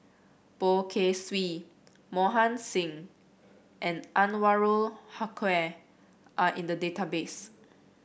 Poh Kay Swee Mohan Singh and Anwarul Haque are in the database